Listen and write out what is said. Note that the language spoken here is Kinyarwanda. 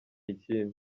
ikindi